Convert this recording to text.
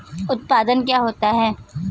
उत्पाद क्या होता है?